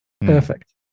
Perfect